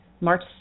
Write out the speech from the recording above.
March